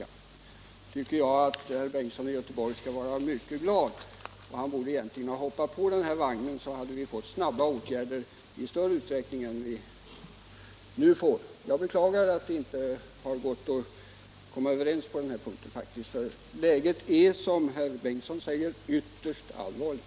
Jag tycker att herr Bengtsson i Göteborg skulle vara mycket glad över det; han borde egentligen ha hoppat på den här vagnen, så hade vi fått snabba åtgärder i större utsträckning än vi nu får. Jag beklagar att det inte har gått att komma överens på den här punkten, för läget är verkligen, som herr Bengtsson säger, ytterst allvarligt.